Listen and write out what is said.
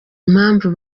impamvu